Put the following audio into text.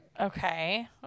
Okay